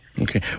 Okay